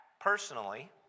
personally